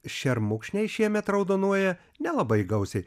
šermukšniai šiemet raudonuoja nelabai gausiai